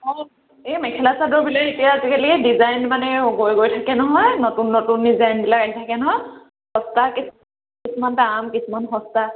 অঁ এই মেখেলা চাদৰবিলাক এতিয়া আজিকালি ডিজাইন মানে গৈ গৈ থাকে নহয় নতুন নতুন ডিজাইনবিলাক আহি থাকে নহয় সস্তা কিছুমান দাম কিছুমান সস্তা